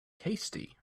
hasty